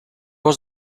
was